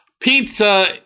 Pizza